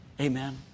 Amen